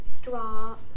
Straw